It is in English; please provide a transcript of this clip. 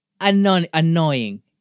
annoying